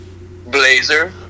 Blazer